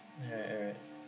alright alright